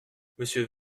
monsieur